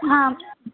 ಹಾಂ